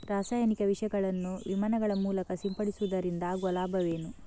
ರಾಸಾಯನಿಕ ವಿಷಗಳನ್ನು ವಿಮಾನಗಳ ಮೂಲಕ ಸಿಂಪಡಿಸುವುದರಿಂದ ಆಗುವ ಲಾಭವೇನು?